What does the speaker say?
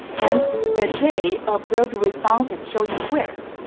and the j, observed responses, showing squares.